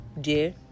dear